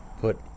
put